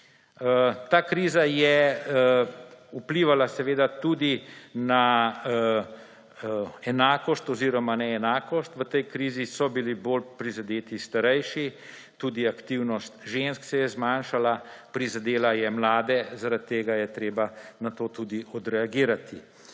ta kriza vplivala tudi na enakost oziroma neenakost, v tej krizi so bili bolj prizadeti starejši, tudi aktivnost žensk se je zmanjšala, prizadela je mlade, zaradi tega je treba na to tudi odreagirati.